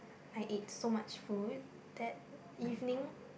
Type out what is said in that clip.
I ate so much food that evening